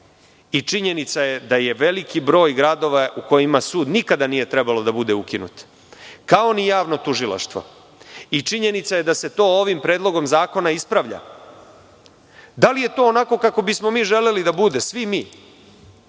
Činjenica je da je veliki broj gradova u kojima sud nikada nije trebalo da bude ukinut, kao ni javna tužilaštva. Činjenica je i da se to ovim predlogom zakona ispravlja. Da li je to onako kako bismo mi želeli da bude, svi mi?